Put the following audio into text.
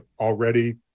already